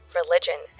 religion